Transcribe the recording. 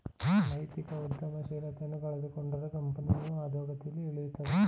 ನೈತಿಕ ಉದ್ಯಮಶೀಲತೆಯನ್ನು ಕಳೆದುಕೊಂಡರೆ ಕಂಪನಿಯು ಅದೋಗತಿಗೆ ಇಳಿಯುತ್ತದೆ